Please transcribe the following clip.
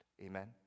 Amen